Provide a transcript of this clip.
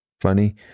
funny